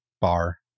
bar